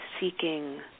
seeking